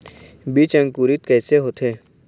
बीज अंकुरित कैसे होथे?